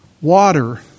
water